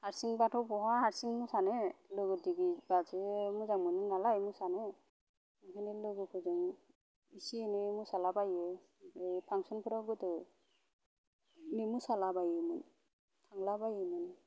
हारसिंबाथ' बहा हारसिं मोसानो लोगो दिगि बासो मोजां मोनो नालाय मोसानो ओंखायनो लोगोफोरजों एसे एनै मोसालाबायो ओइ फांसनफ्राव गोदो बिदिनो मोसालाबायोमोन थांलाबायोमोन